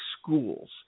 schools